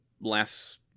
last